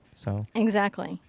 so. exactly.